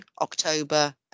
October